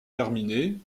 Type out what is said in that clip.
terminée